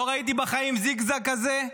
לא ראיתי בחיים זיגזג כזה,